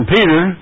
Peter